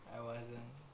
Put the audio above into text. I wasn't